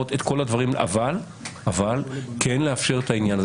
אבל כן לאפשר את העניין הזה.